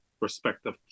respective